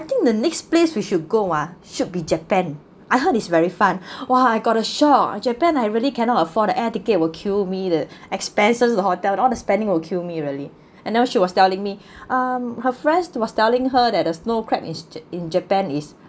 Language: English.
I think the next place we should go ah should be japan I heard it's very fun !wah! I got a shock japan I really cannot afford air ticket will kill me the expenses the hotel all the spending will kill me really and now she was telling me um her friends was telling her that the snow crab is in japan is